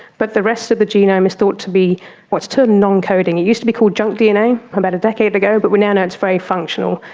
but the rest of the genome is thought to be what's termed non-coding. it used to be called junk dna about a decade ago but we now know it's very functional.